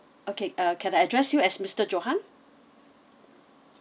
okay uh can address you as mister johann